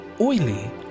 oily